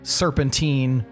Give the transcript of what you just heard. serpentine